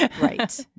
Right